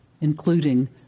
including